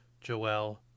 Joel